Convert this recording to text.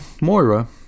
Moira